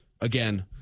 again